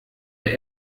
der